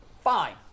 fine